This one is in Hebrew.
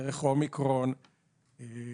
אני בהחלט יכולה להגיד שיש מטופלים שמגיעים למיון